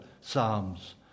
psalms